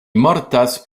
mortas